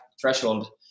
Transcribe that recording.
threshold